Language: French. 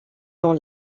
dans